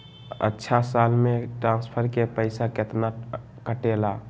अछा साल मे ट्रांसफर के पैसा केतना कटेला?